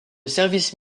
service